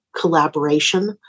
collaboration